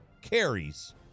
carries